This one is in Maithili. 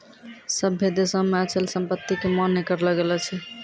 सभ्भे देशो मे अचल संपत्ति के मान्य करलो गेलो छै